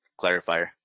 clarifier